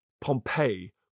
Pompeii